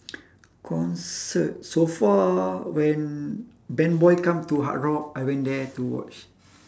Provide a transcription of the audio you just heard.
concert so far when band boy come to hard rock I went there to watch